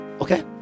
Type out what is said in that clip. Okay